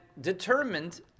determined